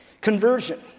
conversion